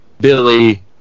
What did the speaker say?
Billy